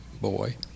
boy